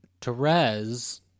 Therese